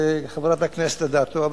וחברת הכנסת אדטו,